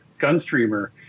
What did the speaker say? GunStreamer